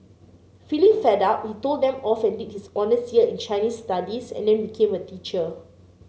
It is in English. feeling fed up he told them off and did his honours year in Chinese Studies and then became a teacher